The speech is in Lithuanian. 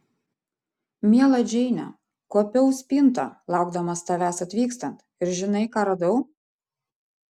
miela džeine kuopiau spintą laukdamas tavęs atvykstant ir žinai ką radau